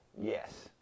Yes